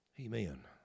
Amen